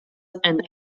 and